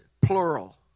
plural